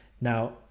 Now